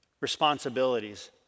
responsibilities